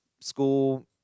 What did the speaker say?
school